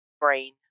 brain